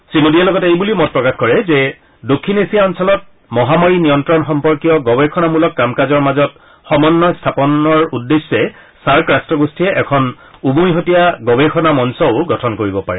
শ্ৰীমোদীয়ে লগতে এইবুলিও মত প্ৰকাশ কৰে যে দক্ষিণ এছিয়া অঞ্চলত মহামাৰী নিয়ন্ত্ৰণ সম্পৰ্কীয় গৱেষণামূলক কাম কাজৰ মাজত সমন্নয় স্থাপনৰ উদ্দেশ্যে ছাৰ্ক ৰাট্ট গোষ্ঠীয়ে এখন উমৈহতীয়া গৱেষণা মঞ্চও গঠন কৰিব পাৰে